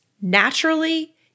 naturally